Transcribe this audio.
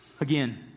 Again